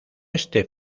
este